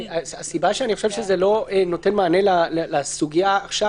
הסיבה שאני חושב שזה לא נותן מענה לסוגיה עכשיו